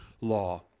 law